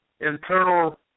internal